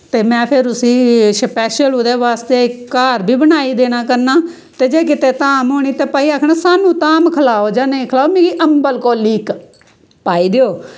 ते मैं फिर उसी स्पैशल ओह्दै बास्तै घर बी बलाई देना करना ते जे किते धाम होनी ते भाई आखना साह्नू धाम खलाओ जां नेईं खलाओ मिगी अम्बल कोल्ली इक पाई देओ